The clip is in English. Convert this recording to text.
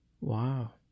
Wow